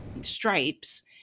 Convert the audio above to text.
stripes